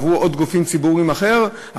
עברו עוד גופים ציבוריים אחרים,